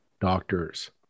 doctors